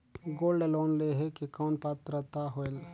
Gold loan लेहे के कौन पात्रता होएल?